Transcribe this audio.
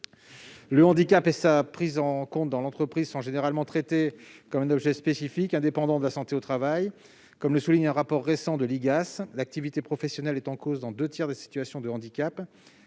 Le handicap et sa prise en compte dans l'entreprise sont généralement traités comme un objet spécifique, indépendant de la santé au travail. Comme le souligne un rapport récent de l'inspection générale des affaires sociales (IGAS), l'activité professionnelle est en cause dans deux tiers des situations de handicap